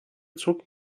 zug